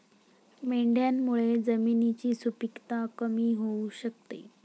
मेंढ्यांमुळे जमिनीची सुपीकता कमी होऊ शकते